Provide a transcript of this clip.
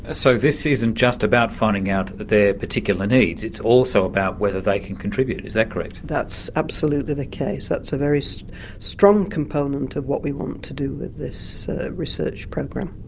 ah so this isn't just about finding out their particular needs. it's also about whether they can contribute, is that correct? that's absolutely the case. that's a very strong component of what we want to do with this research program.